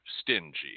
stingy